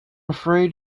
afraid